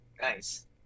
nice